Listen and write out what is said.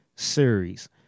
Series